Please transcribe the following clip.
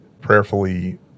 prayerfully